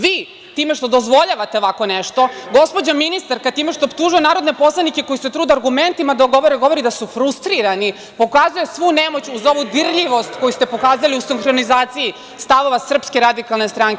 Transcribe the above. Vi, time što dozvoljavate ovako nešto, gospođa ministarka time što optužuje narodne poslanike koji se trude argumentima da odgovore, govori da su frustrirani, pokazuje svu nemoć uz ovu dirljivost koju ste pokazali u sinhronizaciji stavova SRS i SNS.